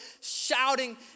shouting